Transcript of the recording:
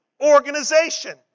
organization